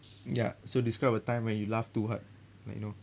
ya so describe a time when you laugh too hard like you know